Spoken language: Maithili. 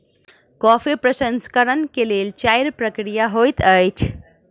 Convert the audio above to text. कॉफ़ी प्रसंस्करण के लेल चाइर प्रक्रिया होइत अछि